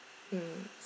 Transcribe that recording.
mm